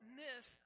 miss